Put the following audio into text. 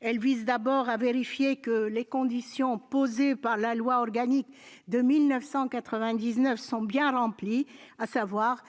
Tout d'abord, elle vise à vérifier que les conditions posées par la loi organique de 1999 sont bien remplies, à savoir